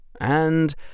And